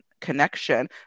connection